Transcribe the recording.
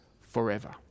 forever